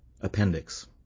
Appendix